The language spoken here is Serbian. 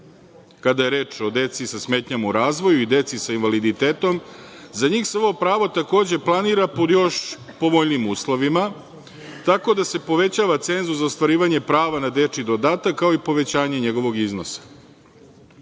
Kada je reč o deci sa smetnjama u razvoju i deci sa invaliditetom, za njih se ovo pravo takođe planira pod još povoljnijim uslovima, tako da se povećava cenzus za ostvarivanje prava na dečiji dodatak, kao i povećanje njegovog iznosa. Iznos